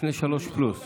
לפני שלוש דקות פלוס.